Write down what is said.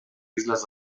islas